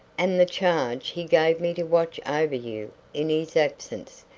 and the charge he gave me to watch over you in his absence,